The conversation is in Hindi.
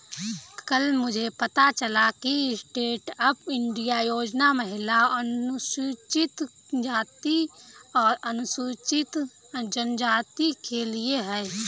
कल मुझे पता चला कि स्टैंडअप इंडिया योजना महिलाओं, अनुसूचित जाति और अनुसूचित जनजाति के लिए है